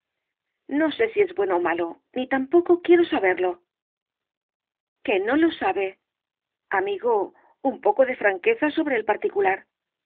no sé si es bueno ó malo ni tampoco quiero saberlo que no lo sabe amigo un poco de franqueza sobre el particular